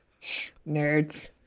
Nerds